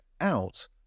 out